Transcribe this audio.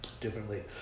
differently